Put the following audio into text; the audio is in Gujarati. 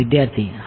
વિદ્યાર્થી હા